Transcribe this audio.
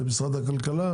משרד הכלכלה?